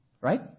Right